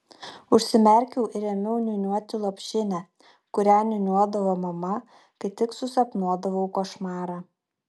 užsimerkiau ir ėmiau niūniuoti lopšinę kurią niūniuodavo mama kai tik susapnuodavau košmarą